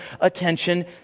attention